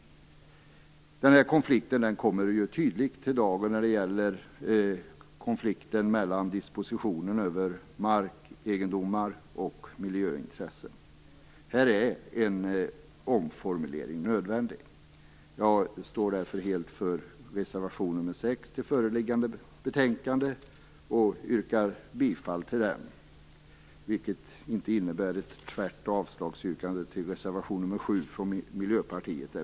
Denna konflikt kommer tydligt i dagen när det gäller dispositionen över markegendomar och miljöintressen. Här är en omformulering nödvändig. Jag står därför helt för reservation nr 6 till föreliggande betänkande och yrkar bifall till den, vilket inte innebär ett tvärt avslagsyrkande till reservation nr 7 från Miljöpartiet.